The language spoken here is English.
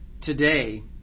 Today